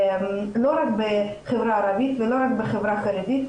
לא רק בחברה הערבית ולא רק בחברה החרדית,